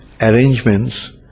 arrangements